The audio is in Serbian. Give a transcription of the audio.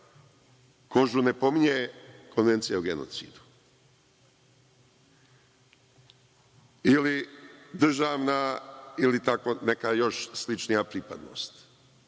Kožu ne pominje Konvencija o genocidu. Ili državna ili tako neka još sličnija pripadnost.